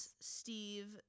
Steve